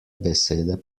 besede